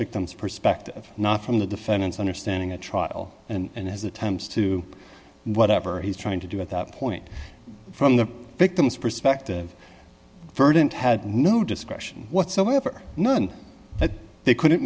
victims perspective not from the defendants understanding the trial and his attempts to whatever he's trying to do at that point from the victim's perspective verdant had no discretion whatsoever none that they couldn't